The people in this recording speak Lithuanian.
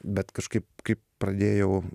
bet kažkaip kaip pradėjau